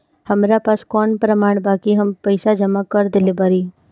हमरा पास कौन प्रमाण बा कि हम पईसा जमा कर देली बारी?